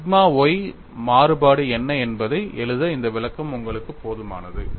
sigma y மாறுபாடு என்ன என்பதை எழுத இந்த விளக்கம் உங்களுக்கு போதுமானது